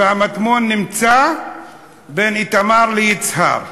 והמטמון נמצא בין איתמר ליצהר,